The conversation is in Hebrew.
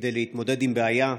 כדי להתמודד עם בעיה,